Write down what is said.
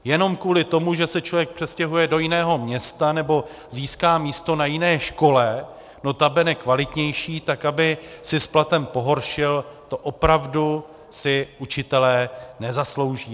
Jenom kvůli tomu, že se člověk přestěhuje do jiného města nebo získá místo na jiné škole, notabene kvalitnější, tak aby si s platem pohoršil, to opravdu si učitelé nezaslouží.